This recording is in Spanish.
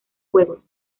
juegos